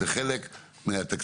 זה חלק מהתקציב.